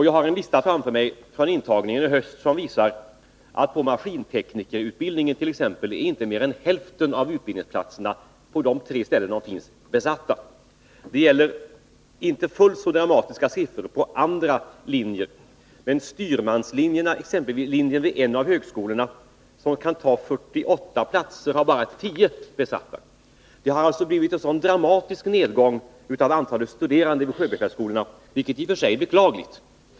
Jag har framför mig en lista från intagningen i höst, som visar att inte mer än hälften av utbildningsplatserna på maskinteknikerlinjen är besatta. Det är inte fullt så dramatiska siffror för andra linjer, men exempelvis styrmanslinjen vid en av högskolorna, som kan ta emot 48 elever, har bara 10 platser besatta. Det har alltså blivit en dramatisk nedgång i antalet studerande vid sjöbefälsskolorna, vilket i och för sig är beklagligt.